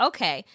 Okay